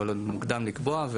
אבל עוד מוקדם לקבוע,